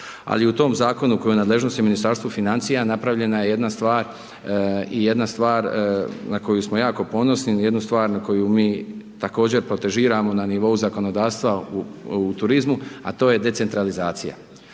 Ali i u tom zakonu koji je u nadležnosti Ministarstva financija napravljena je jedna stvar i jedna stvar na koju smo jako ponosni, na jednu stvar na koju mi također protežiramo na nivou zakonodavstva u turizmu a to je decentralizacija.